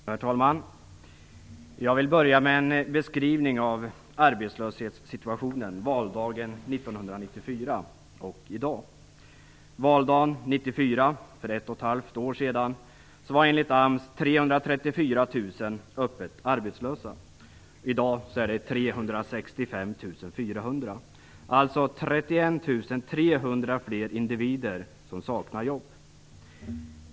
Herr talman! Jag vill börja med en beskrivning av arbetslöshetssituationen valdagen 1994 och situationen i dag. Valdagen 1994, för ett och ett halvt år sedan, var enligt AMS 334 000 öppet arbetslösa. I dag är det 365 400, dvs. 31 300 fler individer, som saknar jobb.